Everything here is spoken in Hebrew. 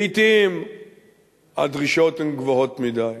לעתים הדרישות הן גבוהות מדי.